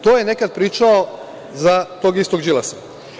To je nekada pričao za tog istog Đilasa.